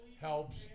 helps